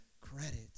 credit